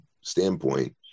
standpoint